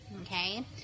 okay